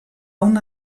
una